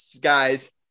guys